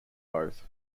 both